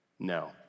No